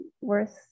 worth